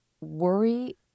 worry